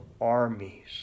armies